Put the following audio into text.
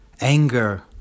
anger